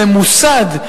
הממוסד,